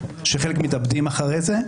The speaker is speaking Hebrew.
שחלק מתאבדים אחרי זה.